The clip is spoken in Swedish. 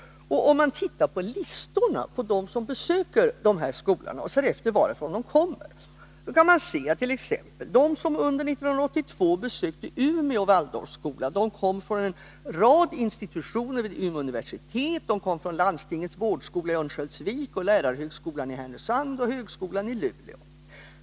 Om man på listorna över besökare vid skolorna ser efter varifrån de kommer kan man se att de som under 1982 besökte Umeå Waldorfskola kom från en rad institutioner vid Umeå universitet, landstingets vårdskola i Örnsköldsvik, lärarhögskolan i Härnösand, och högskolan i Luleå.